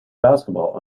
basketball